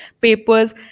papers